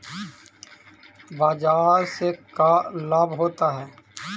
बाजार से का लाभ होता है?